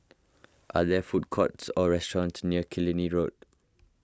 are there food courts or restaurants near Killiney Road